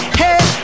hey